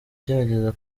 ugerageza